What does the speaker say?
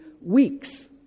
Weeks